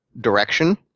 direction